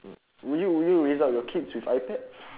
would you would you raise up your kids with ipads